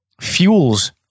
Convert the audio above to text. fuels